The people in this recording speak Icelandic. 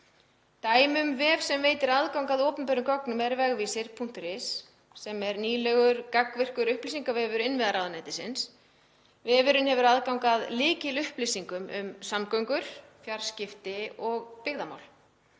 Dæmi um vef sem veitir aðgang að opinberum gögnum er Vegvísir.is sem er nýr gagnvirkur upplýsingavefur innviðaráðuneytis. Vefurinn gefur aðgang að lykilupplýsingum um samgöngur, fjarskipti og byggðamál.